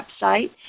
website